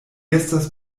estas